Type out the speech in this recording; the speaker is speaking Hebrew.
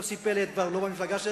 יוסי פלד כבר לא במפלגה,